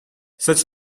such